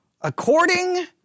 according